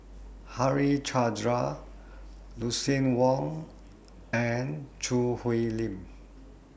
Harichandra Lucien Wang and Choo Hwee Lim